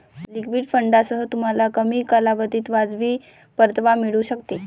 liquid फंडांसह, तुम्हाला कमी कालावधीत वाजवी परतावा मिळू शकेल